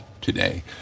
today